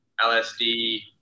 LSD